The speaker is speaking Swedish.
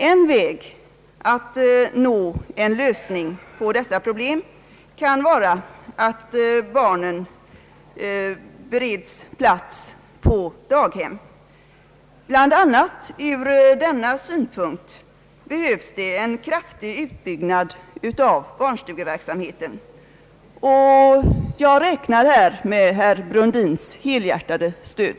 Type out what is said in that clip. En väg att nå en lösning på dessa problem kan vara att barnen beredes plats på daghem. BL. a. av denna anledning behövs det en kraftig utbyggnad av <:barnstugeverksamheten. Jag räknar här med herr Brundins helhjärtade stöd.